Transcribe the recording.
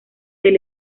del